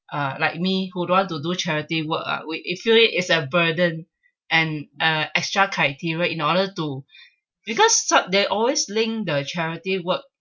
uh like me who don't want to do charity work ah we it feel it is a burden and uh extra criteria in order to because some they always linked the charity work